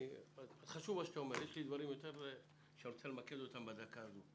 בדגש על שימוש באופניים חשמליים במסגרת יום הבטיחות בדרכים.